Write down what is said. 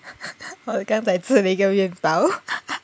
我刚才吃了个面包